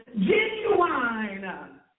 Genuine